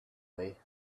way